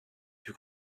plus